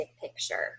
picture